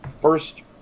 first